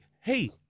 hey